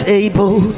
able